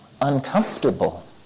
uncomfortable